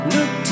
Look